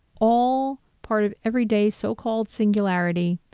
all part of everyday so called singularity,